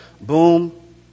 boom